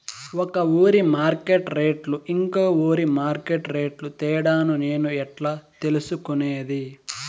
ఒక ఊరి మార్కెట్ రేట్లు ఇంకో ఊరి మార్కెట్ రేట్లు తేడాను నేను ఎట్లా తెలుసుకునేది?